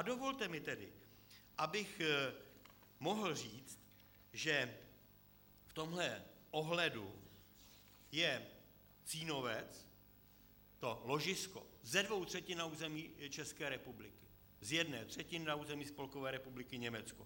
Dovolte mi tedy, abych mohl říci, že v tomto ohledu je Cínovec, to ložisko, ze dvou třetin na území České republiky, z jedné třetiny na území Spolkové republiky Německo.